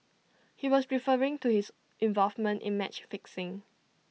he was referring to his involvement in match fixing